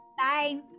Bye